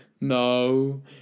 No